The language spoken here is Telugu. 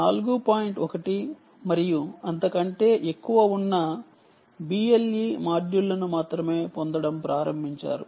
1 మరియు అంతకంటే ఎక్కువ ఉన్న BLE మాడ్యూళ్ళను మాత్రమే పొందడం ప్రారంభించారు